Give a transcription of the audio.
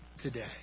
today